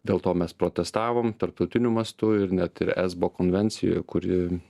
dėl to mes protestavom tarptautiniu mastu ir net ir esbo konvencijoje kuri